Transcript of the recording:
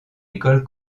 école